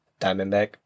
Diamondback